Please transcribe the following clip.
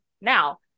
Now